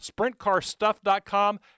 SprintCarStuff.com